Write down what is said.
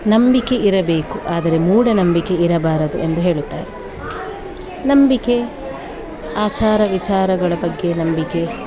ನಂಬಿಕೆ ಇರಬೇಕು ಆದರೆ ಮೂಢನಂಬಿಕೆ ಇರಬಾರದು ಎಂದು ಹೇಳುತ್ತಾರೆ ನಂಬಿಕೆ ಆಚಾರ ವಿಚಾರಗಳ ಬಗ್ಗೆ ನಂಬಿಕೆ